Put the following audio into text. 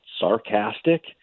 sarcastic